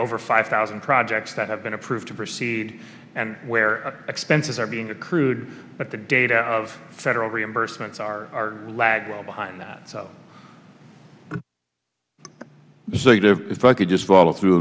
over five thousand projects that have been approved to proceed and where expenses are being a crude but the data of federal reimbursements are lag well behind that so if i could just follow through